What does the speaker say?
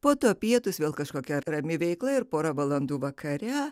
po to pietūs vėl kažkokia rami veikla ir pora valandų vakare